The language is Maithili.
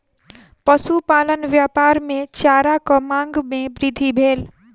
पशुपालन व्यापार मे चाराक मांग मे वृद्धि भेल